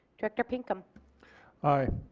director pinkham aye.